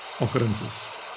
occurrences